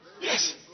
Yes